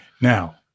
Now